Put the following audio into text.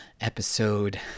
episode